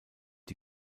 die